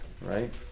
right